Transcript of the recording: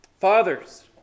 Fathers